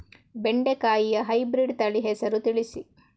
ಬೆಂಡೆಕಾಯಿಯ ಹೈಬ್ರಿಡ್ ತಳಿ ಹೆಸರು ತಿಳಿಸಿ?